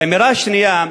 והאמירה השנייה: